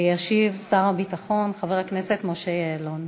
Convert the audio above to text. ישיב שר הביטחון חבר הכנסת משה יעלון.